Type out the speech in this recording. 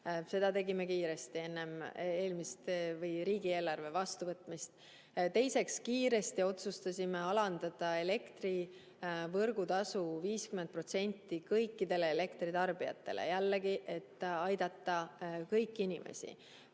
Seda tegime kiiresti, enne riigieelarve vastuvõtmist. Teiseks, kiiresti otsustasime alandada elektri võrgutasu 50% kõikidele elektritarbijatele – jällegi, selleks et aidata kõiki inimesi.